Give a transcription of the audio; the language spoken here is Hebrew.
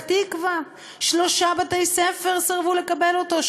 פתח-תקווה, שלושה בתי-ספר סירבו לקבל אותו.